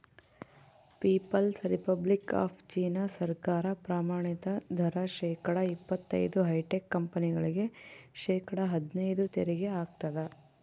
people's republic of China ಸರ್ಕಾರ ಪ್ರಮಾಣಿತ ದರ ಶೇಕಡಾ ಇಪ್ಪತೈದು ಹೈಟೆಕ್ ಕಂಪನಿಗಳಿಗೆ ಶೇಕಡಾ ಹದ್ನೈದು ತೆರಿಗೆ ಹಾಕ್ತದ